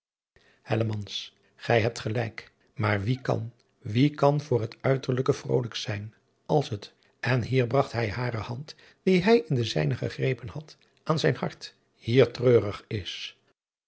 gij hebt gelijk maar wie kan wie kan voor het uiterlijke vrolijk zijn als het en hier bragt hij hare hand die hij in de zijne gegrepen had aan zijn hart hier treurig is